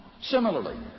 Similarly